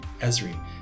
Esri